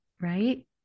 right